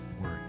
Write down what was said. word